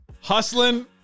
hustling